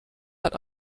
hat